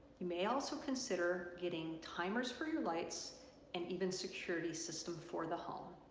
you may also consider getting timers for your lights and even security system for the home.